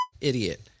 idiot